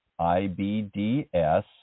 IBDS